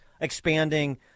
Expanding